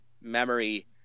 memory